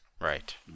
Right